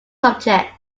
subject